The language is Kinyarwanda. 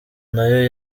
nayo